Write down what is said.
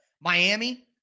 Miami